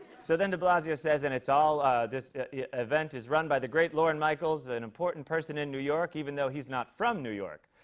so then de blasio says and it's all this event is run by the great lorne michaels, an important person in new york, even though he's not from new york.